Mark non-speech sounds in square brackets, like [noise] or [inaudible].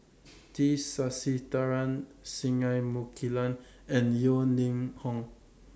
[noise] T Sasitharan Singai Mukilan and Yeo Ning Hong